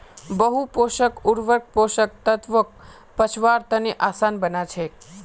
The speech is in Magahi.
बहु पोषक उर्वरक पोषक तत्वक पचव्वार तने आसान बना छेक